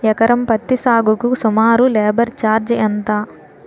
ఎకరం పత్తి సాగుకు సుమారు లేబర్ ఛార్జ్ ఎంత?